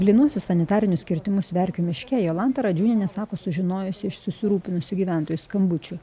plynuosius sanitarinius kirtimus verkių miške jolanta radžiūnienė sako sužinojusi iš susirūpinusių gyventojų skambučių